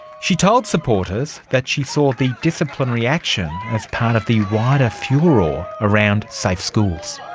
she told supporters that she saw the disciplinary action as part of the wider furore around safe schools.